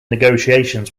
negotiations